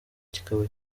kikaba